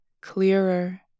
clearer